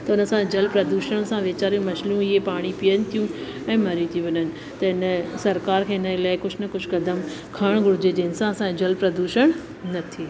पर असां जल प्रदूषण सां वीचारियूं मछलियूं इहे पाणी पीअण तियूं ऐं मरी तियूं वञनि त इन सरकार खे हिनजे लाइ कुझ न कुझु कदम खणण घुर्जे जंहिंसां असां जल प्रदूषण न थिए